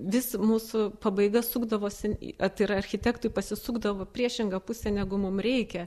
vis mūsų pabaiga sukdavosi į tai yra architektui pasisukdavo priešingą pusę negu mum reikia